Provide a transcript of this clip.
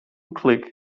click